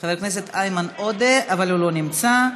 מחבר הכנסת איימן עודה, אבל הוא לא נמצא.